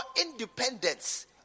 independence